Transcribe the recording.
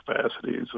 capacities